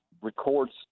records